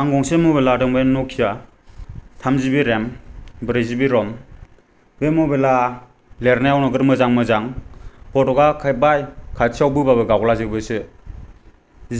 आं गंसे मबाइल लादोंमोन नकिया थाम जिबि रेम ब्रै जिबि र'म बे मबाइला लेरनायाव जोबोर मोजां मोजां पटका खेबबा खाथियाव बोब्लाबो गावला जोबोसो